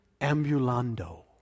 ambulando